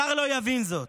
זר לא יבין זאת.